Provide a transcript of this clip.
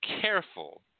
careful